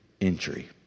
entry